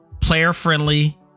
player-friendly